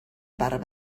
part